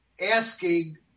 asking